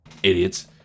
Idiots